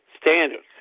standards